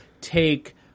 take